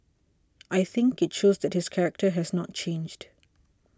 I think it shows that his character has not changed